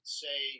say